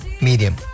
Medium